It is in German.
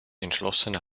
entschlossene